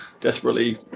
desperately